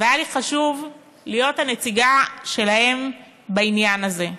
והיה לי חשוב להיות הנציגה שלהם בעניין הזה.